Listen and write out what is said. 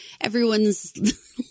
everyone's